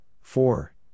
four